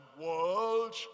world